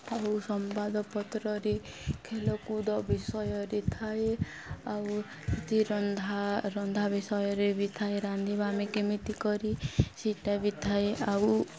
ଆଉ ସମ୍ବାଦପତ୍ରରେ ଖେଳକୁଦ ବିଷୟରେ ଥାଏ ଆଉ କିଛି ରନ୍ଧା ରନ୍ଧା ବିଷୟରେ ବି ଥାଏ ରାନ୍ଧିବା ଆମେ କେମିତି କରି ସେଇଟା ବି ଥାଏ ଆଉ